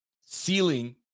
ceiling